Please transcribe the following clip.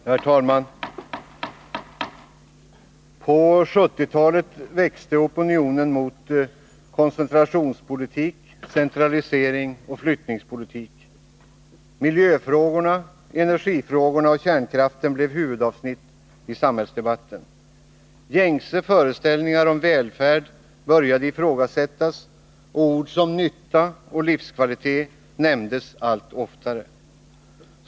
Herr talman! På 1970-talet växte opinionen mot koncentrationspolitik, centralisering och flyttningspolitik. Miljöfrågorna, energifrågorna och kärnkraften blev huvudavsnitt i samhällsdebatten. Gängse föreställningar om välfärd började ifrågasättas, och ord som nytta och livskvalitet nämndes allt oftare.